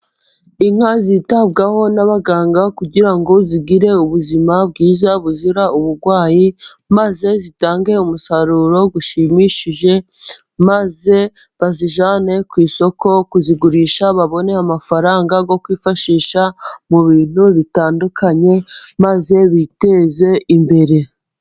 Inka zitabwaho n'abaganga, kugira ngo zigire ubuzima bwiza buzira uburwayi , maze zitange umusaruro ushimishije, maze bazijyane ku isoko kuzigurisha babone amafaranga yo kwifashisha mu bintu bitandukanye, maze biteze imbere.